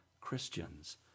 Christians